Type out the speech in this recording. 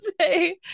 say